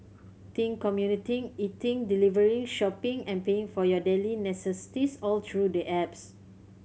think commuting eating delivering shopping and paying for your daily necessities all through the apps